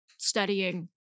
studying